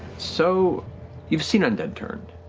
so you've seen undead turned,